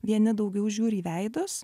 vieni daugiau žiūri į veidus